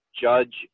Judge